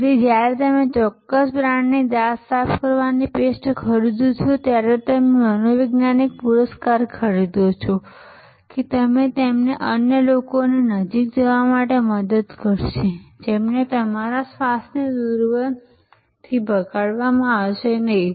તેથી જ્યારે તમે ચોક્કસ બ્રાન્ડની દાંત સાફ કરવાની પેસ્ટ ખરીદો છો ત્યારે તમે મનોવૈજ્ઞાનિક પુરસ્કાર ખરીદો છો કે તે તમને અન્ય લોકોની નજીક જવા માટે મદદ કરશે જેમને તમારા શ્વાસની દુર્ગંધથી ભગાડવામાં આવશે નહીં